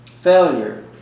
failure